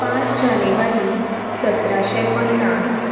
पांच जानेवारी सतराशें पन्नास